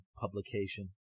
publication